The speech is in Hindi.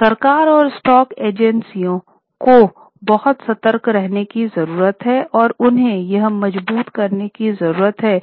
सरकार और स्टॉक एक्सचेंजों को बहुत सतर्क रहने की जरूरत है और उन्हें यह मजबूत करने की जरूरत है